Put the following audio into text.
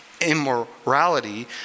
immorality